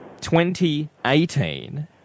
2018